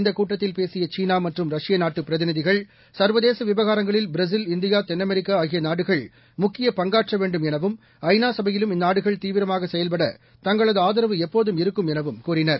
இந்தக் கூட்டத்தில் பேசிய சீனா மற்றும் ரஷ்ய நாட்டு பிரதிநிதிகள் சர்வதேச விவகாரங்களில் பிரேஸில் இந்தியா தென்அமெரிக்கா ஆகிய நாடுகள் முக்கியப் பங்காற்ற வேண்டும் எனவும் ஐநா சபையிலும் இந்நாடுகள் தீவிரமாக செயல்பட தங்களது ஆதரவு எப்போதும் இருக்கும் எனவும் கூறினர்